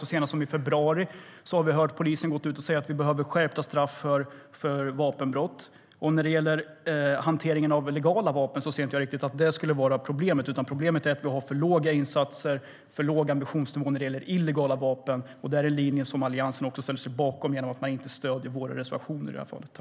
Så sent som i februari hörde vi polisen säga: Vi behöver skärpta straff för vapenbrott.